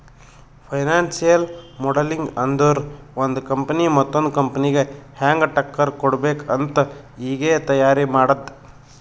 financial modelling ಅಂದುರ್ ಒಂದು company ಮತ್ತೊಂದ್ ಕಂಪನಿಗ ಹ್ಯಾಂಗ್ ಟಕ್ಕರ್ ಕೊಡ್ಬೇಕ್ ಅಂತ್ ಈಗೆ ತೈಯಾರಿ ಮಾಡದ್ದ್